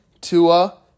Tua